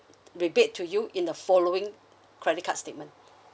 rebate to you in the following credit card statement